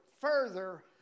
further